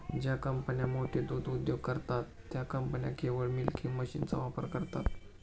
ज्या कंपन्या मोठे दूध उद्योग करतात, त्या कंपन्या केवळ मिल्किंग मशीनचा वापर करतात